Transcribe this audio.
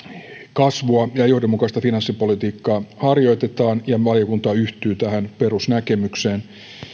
kasvua ja johdonmukaista finanssipolitiikkaa harjoitetaan ja valiokunta yhtyy tähän perusnäkemykseen